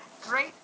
Great